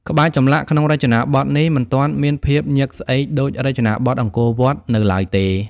ក្បាច់ចម្លាក់ក្នុងរចនាបថនេះមិនទាន់មានភាពញឹកស្អេកដូចរចនាបថអង្គរវត្តនៅឡើយទេ។